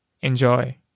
Enjoy